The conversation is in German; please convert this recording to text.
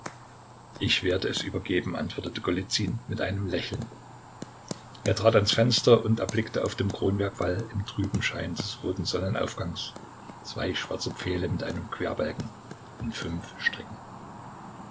ich werde es übergeben antwortete golizyn mit einem lächeln er trat ans fenster und erblickte auf dem kronwerk wall im trüben schein des roten sonnenaufgangs zwei schwarze pfähle mit einem querbalken und fünf stricken